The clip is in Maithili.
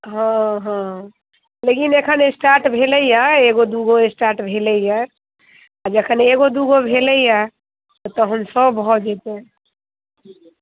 हँ हँ लेकिन अखन स्टार्ट भेलैया एगो दू गो स्टार्ट भेलैया जखन एगो दूगो भेलैया तहन सब भऽ जेतै